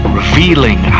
revealing